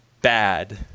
bad